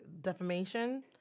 defamation –